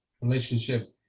relationship